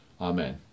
Amen